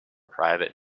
private